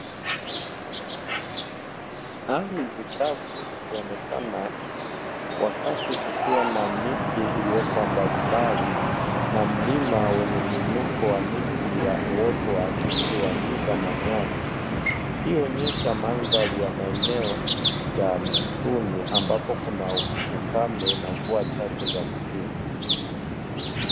Ardhi kavu ikionekana wakati kukiwa na miti iliyokuwa mbalimbali na mlima wenye muinuko wa miti ya uoto wa asili wa miba na nyasi, hii huonesha mandhari ya maeneo ya msituni ambapo kuna ukame na mvua chache za msimu.